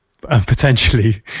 potentially